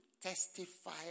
testify